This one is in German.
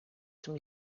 zum